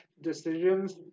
decisions